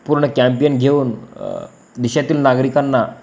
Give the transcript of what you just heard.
पूर्ण कॅम्पियन घेऊन देशातील नागरिकांना